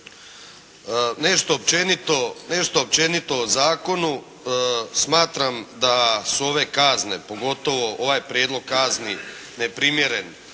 Nešto općenito o zakonu. Smatram da su ove kazne pogotovo ovaj prijedlog kazni neprimjeren